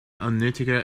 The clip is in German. unnötiger